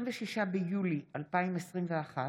26 ביולי 2021,